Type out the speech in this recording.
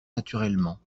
naturellement